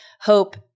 hope